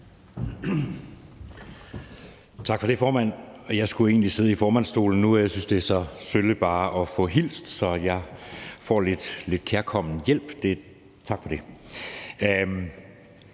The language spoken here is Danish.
Tak for det, formand. Jeg skulle egentlig sidde i formandsstolen nu, og jeg synes, det er så sølle bare at få hilst, så jeg får lidt kærkommen hjælp. Tak for det.